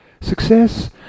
Success